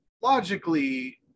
logically